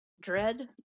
Dread